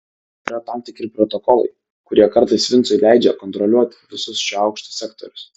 yra tam tikri protokolai kurie kartais vincui leidžia kontroliuoti visus šio aukšto sektorius